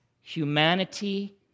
humanity